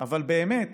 אבל באמת